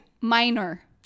Minor